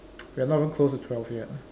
we're not even close to twelve yet